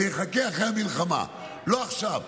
זה יחכה לאחרי המלחמה, לא עכשיו.